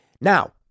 Now